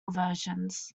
versions